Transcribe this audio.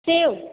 सेब